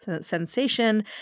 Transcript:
sensation